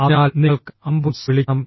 അതിനാൽ നിങ്ങൾക്ക് ആംബുലൻസ് വിളിക്കണം